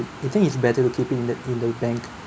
you think it's better to keep in the in the bank